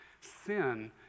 Sin